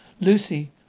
Lucy